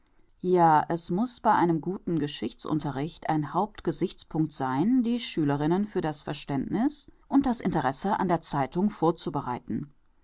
ja es muß bei einem guten geschichtsunterricht ein hauptgesichtspunct sein die schülerinnen für das verständniß und das interesse an der zeitung vorzubereiten